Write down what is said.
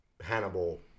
Hannibal